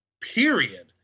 period